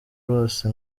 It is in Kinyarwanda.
rose